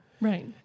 Right